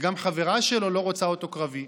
וגם חברה שלו לא רוצה אותו קרבי.